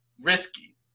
risky